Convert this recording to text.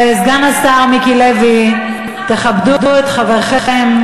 סגן השר מיקי לוי, תכבדו את חברכם.